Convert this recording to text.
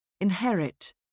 Inherit